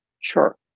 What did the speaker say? Sure